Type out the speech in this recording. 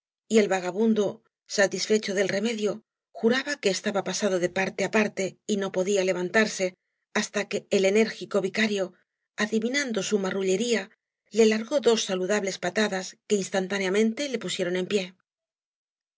y el vagabundo satisfecho del remedio juraba que estaba pasado de parte á parte y no podía levantarse hasta que el enérgica vicario adivinando su marrullería le largó dos saludables patadas que instantáneamente le pusieron en pie